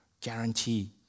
guarantee